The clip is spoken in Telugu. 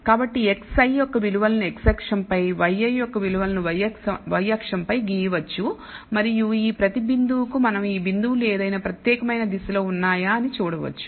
కాబట్టి xi యొక్క విలువలను x అక్షం పై yiయొక్క విలువలను y అక్షం పై గీయవచ్చు మరియు ఈ ప్రతి బిందువుకు మనం ఈ బిందువులు ఏదైనా ప్రత్యేకమైన దిశ లో ఉన్నాయా అని చూడవచ్చు